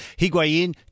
Higuain